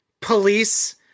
police